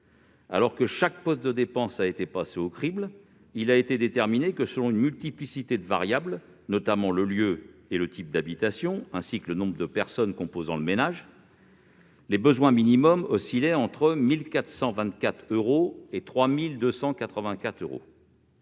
Alors que chaque poste de dépense a été passé au crible, il est apparu que, selon une multiplicité de variables, notamment le lieu et le type d'habitation, ainsi que le nombre de personnes composant le ménage, les besoins minimaux oscillaient entre 1 424 euros et 3 284 euros.